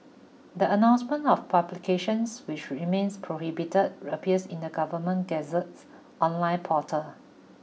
the announcement of publications which remain prohibited appears in the Government Gazette's online portal